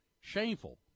shameful